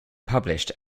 published